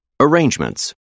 Arrangements